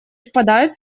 впадает